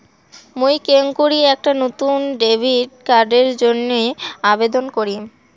মুই কেঙকরি একটা নতুন ডেবিট কার্ডের জন্য আবেদন করিম?